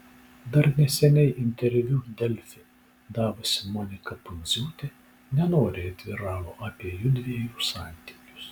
dar neseniai interviu delfi davusi monika pundziūtė nenoriai atviravo apie jųdviejų santykius